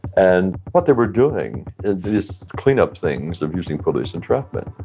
and what they were doing these cleanup things of using police entrapment,